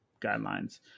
guidelines